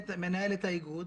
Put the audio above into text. מנהלת האיגוד,